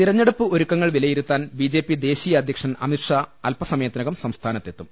തിരഞ്ഞെടുപ്പ് ഒരുക്കങ്ങൾ വിലയിരുത്താൻ ബിജെപി ദേശീയ അധ്യക്ഷൻ അമിത് ഷാ അല്പസമയത്തിനകം സംസ്ഥാനത്തെ ത്തും